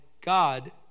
God